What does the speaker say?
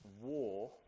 war